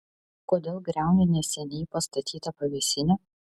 kodėl griauni neseniai pastatytą pavėsinę